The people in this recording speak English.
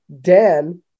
Dan